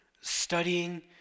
studying